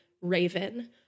raven